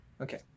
Okay